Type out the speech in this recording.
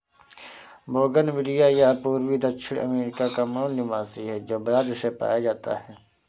bougainvillea यह पूर्वी दक्षिण अमेरिका का मूल निवासी है, जो ब्राज़ से पाया जाता है